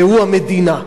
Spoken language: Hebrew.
והוא המדינה.